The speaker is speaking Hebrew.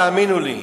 תאמינו לי.